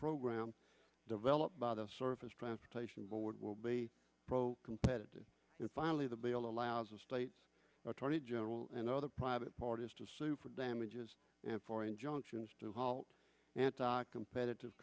program developed by the surface transportation board will be competitive and finally the bill allows the state's attorney general and other private parties to sue for damages and for injunctions to halt anti competitive